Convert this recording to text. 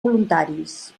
voluntaris